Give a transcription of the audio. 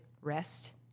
rest